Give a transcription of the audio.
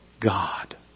God